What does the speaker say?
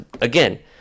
again